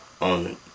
on